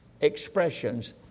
expressions